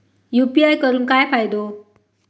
UPI करून काय फायदो?